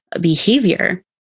behavior